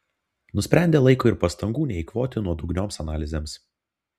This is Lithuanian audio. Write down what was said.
nusprendė laiko ir pastangų neeikvoti nuodugnioms analizėms